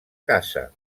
casa